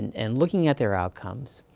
and looking at their outcomes.